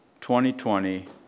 2020